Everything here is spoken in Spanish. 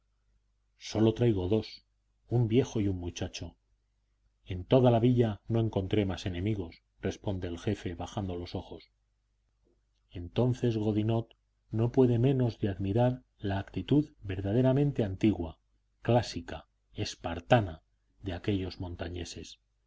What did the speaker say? sólo traigo dos un viejo y un muchacho en toda la villa no encontré más enemigos responde el jefe bajando los ojos entonces godinot no puede menos de admirar la actitud verdaderamente antigua clásica espartana de aquellos montañeses